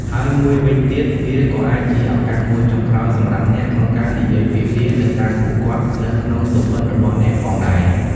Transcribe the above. ហើយមួយវិញទៀត វាក៏អាចជាឱកាសមួយចុងក្រោយ សម្រាប់អ្នក ក្នុងការនិយាយពាក្យលា ទៅកាន់ពួកគាត់នៅ ក្នុងសុបិន្តរបស់អ្នកផងដែរ ។